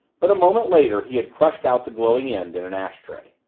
but a moment later he had crushed out the glowing end in an ash tray.